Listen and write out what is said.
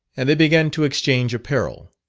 and they began to exchange apparel.